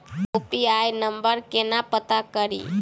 UPI number केना पत्ता कड़ी?